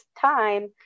time